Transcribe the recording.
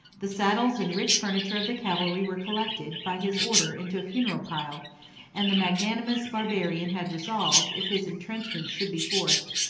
the saddles and rich furniture of the cavalry were collected, by his order, into a funeral pile and the magnanimous barbarian had resolved, if his intrenchments should be forced,